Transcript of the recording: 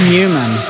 Newman